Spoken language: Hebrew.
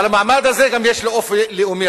אבל המעמד הזה יש לו גם אופי לאומי,